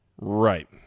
Right